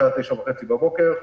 בשעה 09:30 בבוקר.